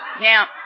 Now